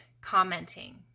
commenting